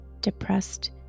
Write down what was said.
depressed